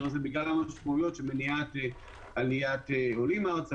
הזה בגלל ה- -- הצפויות של מניעת עולים ארצה,